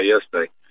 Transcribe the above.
yesterday